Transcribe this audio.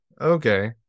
okay